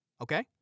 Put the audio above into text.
Okay